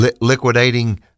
liquidating